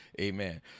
Amen